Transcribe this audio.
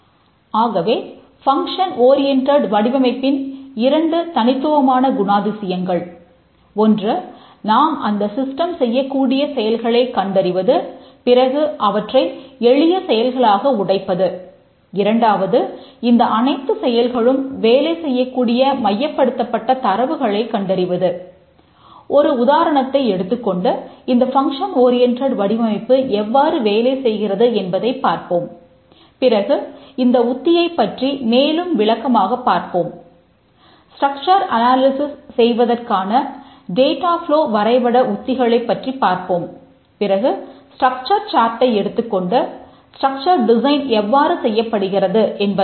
ஆகவே function oriented எவ்வாறு செய்யப்படுகிறது என்பதைப் பார்ப்போம்